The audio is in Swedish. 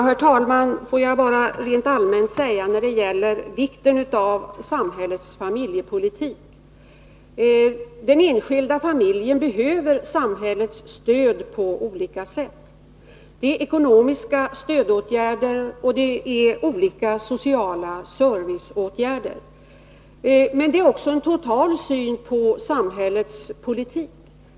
Herr talman! Beträffande vikten av samhällets familjepolitik vill jag rent allmänt säga: Den enskilda familjen behöver samhällets stöd på olika sätt. Det gäller ekonomiska stödåtgärder och olika sociala serviceåtgärder. Men det gäller också en total syn på samhällets politik.